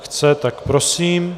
Chce, tak prosím.